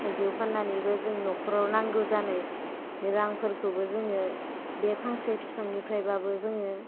थायजौ फान्नानैबोजों नखराव नागौ जानाय रां फोरखौबो जोङो बे फांसे फिफांनिफ्रायबाबो जोङो